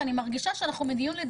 אבל אף אחד לא חושב איפה הם צריכים לגור.